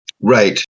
Right